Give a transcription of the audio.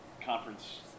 conference